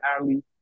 alley